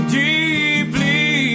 deeply